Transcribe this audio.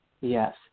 Yes